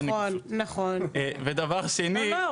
רק בנחת.